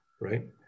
right